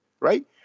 Right